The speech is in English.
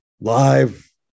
live